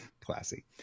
classy